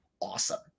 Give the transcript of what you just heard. awesome